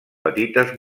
petites